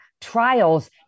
trials